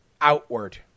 outward